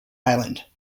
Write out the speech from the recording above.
island